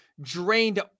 drained